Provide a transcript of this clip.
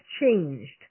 changed